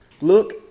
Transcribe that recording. Look